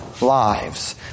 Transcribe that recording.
lives